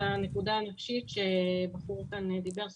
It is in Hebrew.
הנקודה הנפשית שהבחור כאן דיבר עליה.